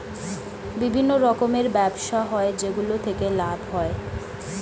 বিভিন্ন রকমের ব্যবসা হয় যেগুলো থেকে লাভ হয়